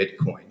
Bitcoin